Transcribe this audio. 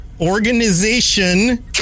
organization